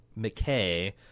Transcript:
McKay